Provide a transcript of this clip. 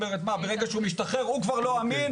מה, ברגע שהוא משתחרר הוא כבר לא אמין?